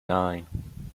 nine